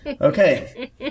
Okay